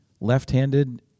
Left-handed